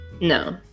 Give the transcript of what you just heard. No